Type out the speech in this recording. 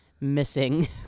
missing